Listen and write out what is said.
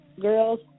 Girls